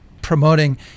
promoting